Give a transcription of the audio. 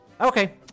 okay